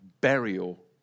burial